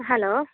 hello